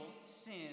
sin